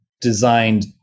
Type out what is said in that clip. designed